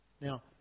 Now